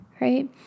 right